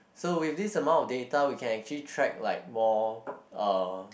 so with this amount of data we can actually track like more uh